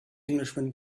englishman